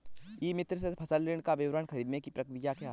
ई मित्र से फसल ऋण का विवरण ख़रीदने की प्रक्रिया क्या है?